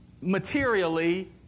materially